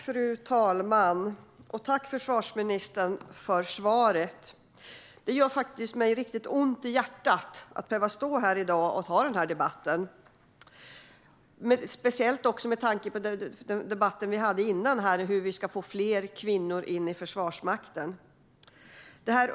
Fru talman! Tack, försvarsministern, för svaret! Det gör mig ont i hjärtat att behöva stå här i dag och ha den här debatten, speciellt med tanke på debatten vi hade innan om hur man ska få fler kvinnor till Försvarsmakten.